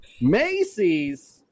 Macy's